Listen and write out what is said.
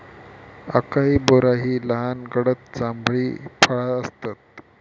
acai berry ही लहान गडद जांभळी फळा आसतत